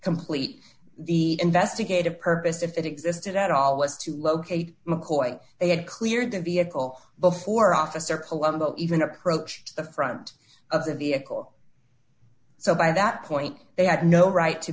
complete the investigative purpose if it existed at all was to locate mccoy they had cleared the vehicle before officer palumbo even approached the front of the vehicle so by that point they had no right to